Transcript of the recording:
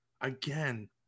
again